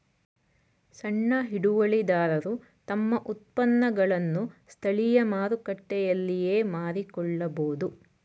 ಸಣ್ಣ ಹಿಡುವಳಿದಾರರು ತಮ್ಮ ಉತ್ಪನ್ನಗಳನ್ನು ಸ್ಥಳೀಯ ಮಾರುಕಟ್ಟೆಯಲ್ಲಿಯೇ ಮಾರಿಕೊಳ್ಳಬೋದು